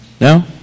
No